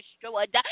destroyed